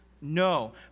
no